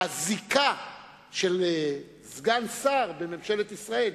הזיקה של סגן שר בממשלת ישראל,